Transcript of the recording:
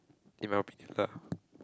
in my opinion lah